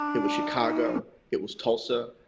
it was chicago, it was tulsa,